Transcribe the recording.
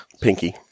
Pinky